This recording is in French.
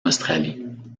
australie